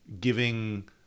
giving